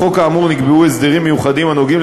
בחוק האמור נקבעו הסדרים מיוחדים הנוגעים